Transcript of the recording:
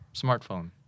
Smartphone